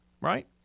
Right